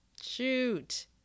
shoot